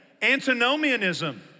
Antinomianism